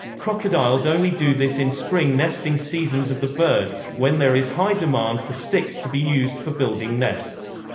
crocodiles only do this in spring nesting seasons of the birds, when there is high demand for sticks to be used for building nests.